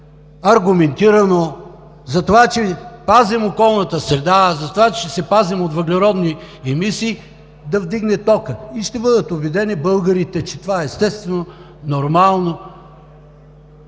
аргументирано, затова че пазим околната среда, затова че се пазим от въглеродни емисии, да вдигне тока. И ще бъдат убедени българите, че това е естествено, нормално